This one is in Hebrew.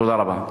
תודה רבה.